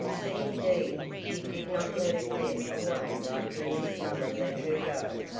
but indeed she did not let it get away like lily's mother let her go.